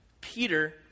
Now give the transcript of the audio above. Peter